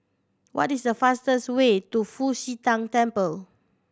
what is the fastest way to Fu Xi Tang Temple